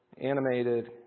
Animated